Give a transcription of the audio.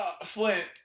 Flint